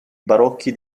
barocchi